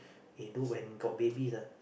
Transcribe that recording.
eh know when got babies ah